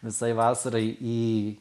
visai vasarai į